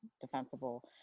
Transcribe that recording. defensible